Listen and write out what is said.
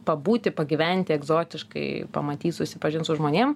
pabūti pagyventi egzotiškai pamatyt susipažint su žmonėm